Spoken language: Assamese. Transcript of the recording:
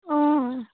অঁ অঁ